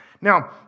Now